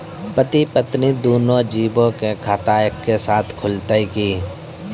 पति पत्नी दुनहु जीबो के खाता एक्के साथै खुलते की?